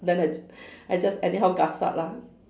then I j~ I just anyhow gasak lah